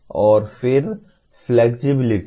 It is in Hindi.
और फिर फ्लेक्सिबिलिटी